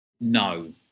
No